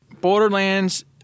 Borderlands